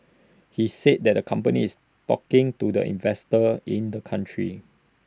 he said that the company is talking to the investors in the country